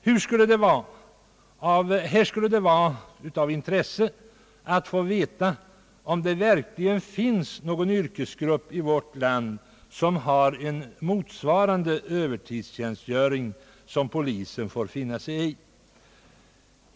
Här skulle det vara av intresse att få veta om det verkligen finns någon yrkesgrupp i vårt land som har en övertidstjänstgöring motsvarande den som polisen får finna sig i.